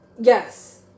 Yes